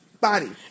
body